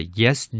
yes